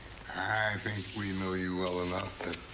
ah we know you well enough. that